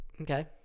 Okay